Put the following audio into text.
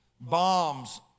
Bombs